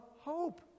hope